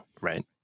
right